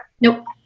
nope